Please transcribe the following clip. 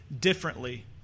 differently